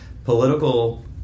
political